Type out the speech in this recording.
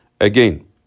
Again